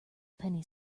penny